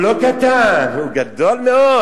הוא לא קטן, הוא גדול מאוד,